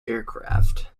aircraft